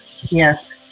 Yes